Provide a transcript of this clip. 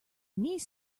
niece